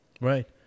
Right